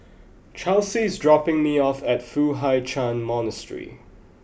Chelsi is dropping me off at Foo Hai Ch'an Monastery